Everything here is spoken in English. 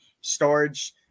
storage